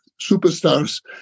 superstars